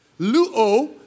Luo